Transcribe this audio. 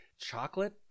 chocolate